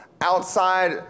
outside